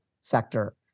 sector